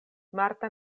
marta